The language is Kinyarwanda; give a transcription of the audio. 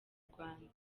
rwanda